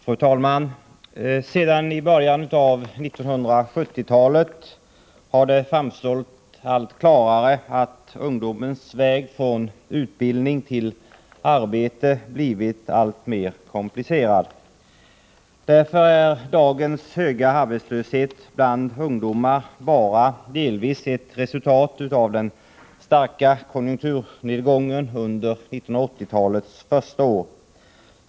Fru talman! Sedan början av 1970-talet har det framstått allt klarare att ungdomens väg från utbildning till arbete blivit mer och mer komplicerad. Därför är dagens höga arbetslöshet bland ungdomar bara delvis ett resultat av den starka konjunkturnedgången under 1980-talets första år.